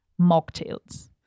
mocktails